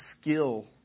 skill